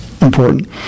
important